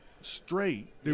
straight